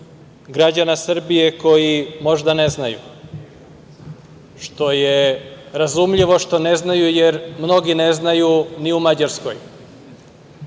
građana Srbije koji možda ne znaju, što je razumljivo što ne znaju jer mnogi ne znaju ni u Mađarskoj.